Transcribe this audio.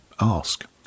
ask